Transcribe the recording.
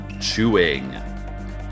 Chewing